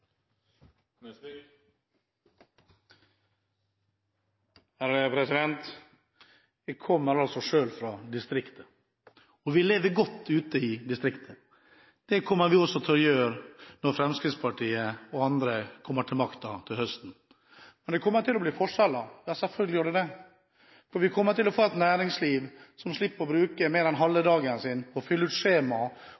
Jeg kommer selv fra distriktet. Vi lever godt ute i distriktet. Det kommer vi også til å gjøre når Fremskrittspartiet og andre kommer til makten til høsten. Men det kommer til å bli forskjeller – ja, selvfølgelig gjør det det. Vi kommer til å få et næringsliv som slipper å bruke mer enn halve